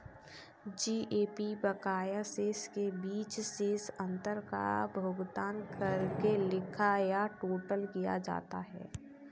GAP बकाया शेष के बीच शेष अंतर का भुगतान करके लिखा या टोटल किया जाता है